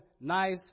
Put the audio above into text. nice